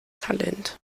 talent